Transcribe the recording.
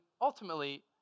ultimately